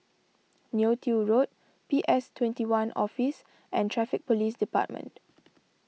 Neo Tiew Road P S twenty one Office and Traffic Police Department